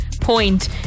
point